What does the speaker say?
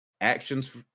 actions